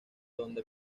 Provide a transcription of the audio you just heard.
donde